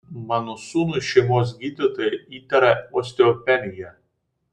mano sūnui šeimos gydytoja įtaria osteopeniją